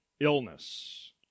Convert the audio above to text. illness